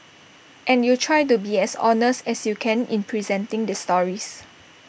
and you try to be as honest as you can in presenting their stories